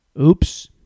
Oops